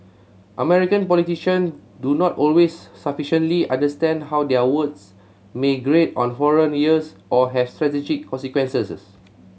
American politician do not always sufficiently understand how their words may grate on foreign ears or have strategic consequences